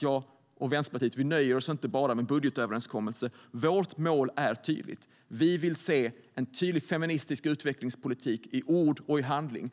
jag och Vänsterpartiet nöjer oss inte med budgetöverenskommelser. Vårt mål är tydligt. Vi vill se en tydligt feministisk utvecklingspolitik i ord och handling.